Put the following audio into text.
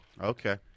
Okay